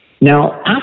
Now